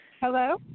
Hello